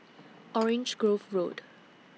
Orange Grove Road